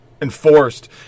Enforced